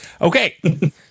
Okay